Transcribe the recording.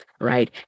right